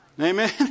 Amen